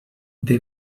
dvd